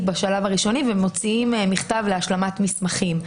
בשלב הראשוני ומוציאים מכתב להשלמת מסמכים.